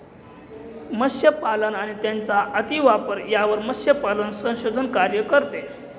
मत्स्यपालन आणि त्यांचा अतिवापर यावर मत्स्यपालन संशोधन कार्य करते